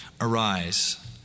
arise